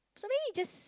somebody just